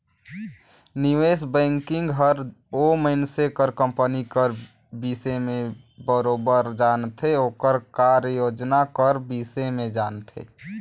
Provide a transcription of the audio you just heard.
निवेस बैंकिंग हर ओ मइनसे कर कंपनी कर बिसे में बरोबेर जानथे ओकर कारयोजना कर बिसे में जानथे